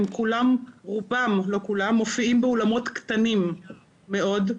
רובם מופיעים באולמות קטנים מאוד,